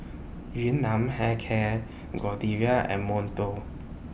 Yun Nam Hair Care Godiva and Monto